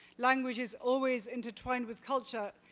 language is always intertwined with culture.